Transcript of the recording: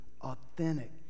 authentic